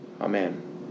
Amen